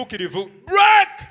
Break